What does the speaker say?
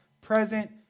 present